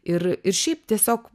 ir ir šiaip tiesiog